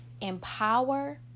empower